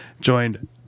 joined